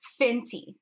Fenty